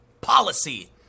policy